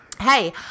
Hey